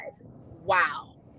wow